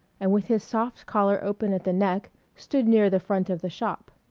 and with his soft collar open at the neck stood near the front of the shop.